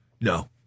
No